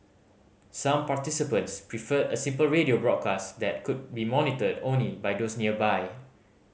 some participants preferred a simple radio broadcast that could be monitored only by those nearby